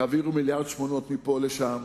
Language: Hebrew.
תעבירו 1.8 מיליארד מפה לשם,